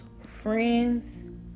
friends